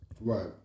Right